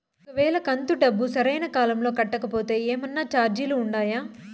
ఒక వేళ కంతు డబ్బు సరైన కాలంలో కట్టకపోతే ఏమన్నా చార్జీలు ఉండాయా?